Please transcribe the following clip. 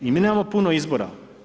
I mi nemamo puno izbora.